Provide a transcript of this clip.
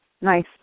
Nice